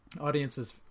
Audiences